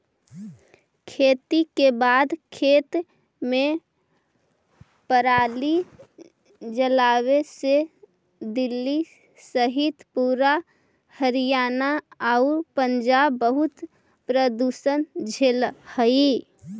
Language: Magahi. खेती के बाद खेत में पराली जलावे से दिल्ली सहित पूरा हरियाणा आउ पंजाब बहुत प्रदूषण झेलऽ हइ